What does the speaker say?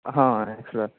हा एक्सट्रा